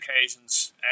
occasions